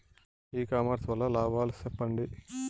ఇ commerce వల్ల లాభాలు సెప్పండి?